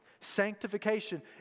Sanctification